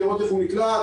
לראות איך הוא נקלט,